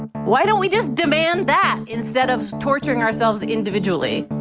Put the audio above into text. why don't we just demand that instead of torturing ourselves individually?